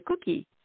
cookie